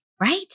Right